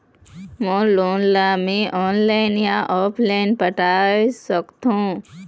मोर loan ला मैं online या ऑफलाइन पटाए सकथों?